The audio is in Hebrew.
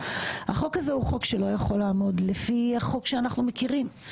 שהחוק הזה הוא חוק שלא יכול לעמוד לפי החוק שאנחנו מכירים,